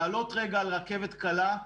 לעלות רגע לרכבת הקלה,